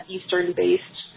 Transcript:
Eastern-based